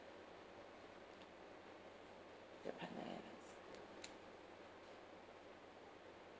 the partner airlines